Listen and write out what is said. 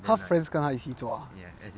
她 friends 跟她一起做 ah